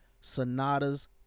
Sonata's